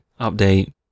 update